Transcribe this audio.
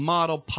Model